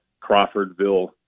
Crawfordville